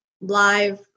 live